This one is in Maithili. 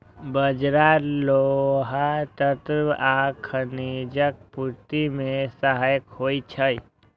बाजरा लौह तत्व आ खनिजक पूर्ति मे सहायक होइ छै